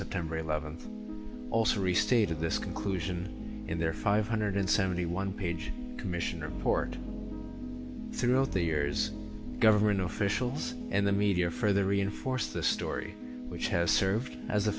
september eleventh also restated this conclusion in their five hundred seventy one page commissioner court throughout the years government officials and the media for the reinforce the story which has served as